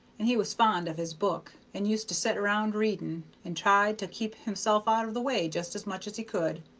and he was fond of his book, and used to set round reading, and tried to keep himself out of the way just as much as he could.